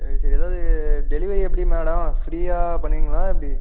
சரி சரி ஏதாவது டெலிவரி எப்படி மேடோம் ஃபீரியாக பண்ணுவீங்களா எப்படி